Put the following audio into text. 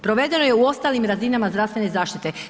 Provedeno je u ostalim razinama zdravstvene zaštite.